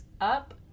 up